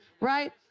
right